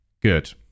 good